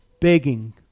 begging